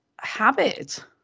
habit